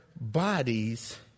bodies